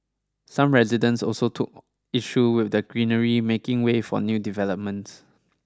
some residents also took issue with the greenery making way for new developments